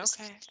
okay